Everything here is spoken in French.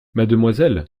mademoiselle